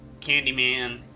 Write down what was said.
Candyman